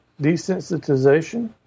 Desensitization